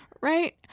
Right